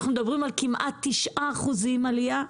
אנחנו מדברים על כמעט 9% עלייה.